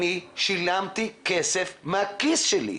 אני שילמתי כסף מהכיס שלי.